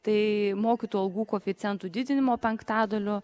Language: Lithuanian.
tai mokytojų algų koeficientų didinimo penktadaliu